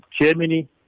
Germany